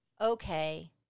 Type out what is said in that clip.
okay